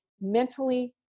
mentally